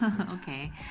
Okay